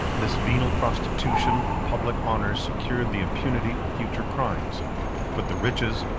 this venal prostitution of public honors secured the impunity of future crimes but the riches,